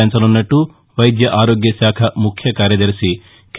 పెంచనున్నట్లు వైద్య ఆరోగ్య శాఖ ముఖ్య కార్యదర్శి కె